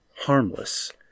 harmless